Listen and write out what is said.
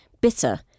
bitter